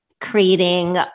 creating